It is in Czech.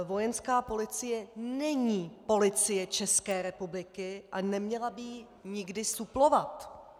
Vojenská policie není Policie České republiky a neměla by ji nikdy suplovat.